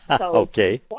Okay